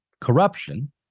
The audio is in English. corruption